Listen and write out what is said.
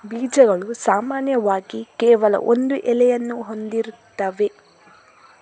ಬೀಜಗಳು ಸಾಮಾನ್ಯವಾಗಿ ಕೇವಲ ಒಂದು ಎಲೆಯನ್ನು ಹೊಂದಿರುತ್ತವೆ